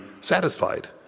satisfied